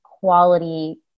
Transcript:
quality